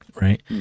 Right